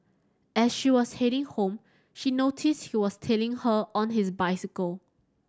as she was heading home she noticed he was tailing her on his bicycle